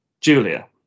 Julia